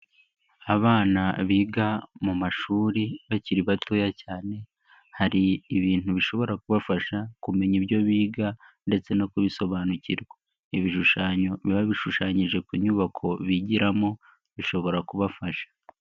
Abana biga mu mashuri bakiri batoya cyane, hari ibintu bishobora kubafasha kumenya ibyo biga ndetse no kubisobanukirwa, ibishushanyo biba bishushanyije ku nyubako bigiramo bishobora kubafasha.